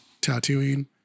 tattooing